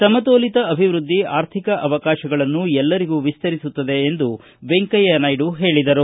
ಸಮತೋಲಿತ ಅಭಿವೃದ್ಧಿ ಆರ್ಥಿಕ ಅವಕಾಶಗಳನ್ನು ಎಲ್ಲರಿಗೂ ವಿಸ್ತರಿಸುತ್ತದೆ ಎಂದು ವೆಂಕಯ್ಯ ನಾಯ್ಡು ಹೇಳಿದರು